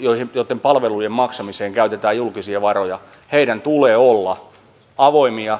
ja joitten palvelujen maksamiseen käytetään julkisia varoja tulee olla avoimia